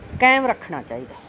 ਕਾਇਮ ਰੱਖਣਾ ਚਾਹੀਦਾ